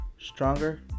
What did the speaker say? stronger